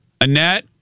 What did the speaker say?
Annette